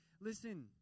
listen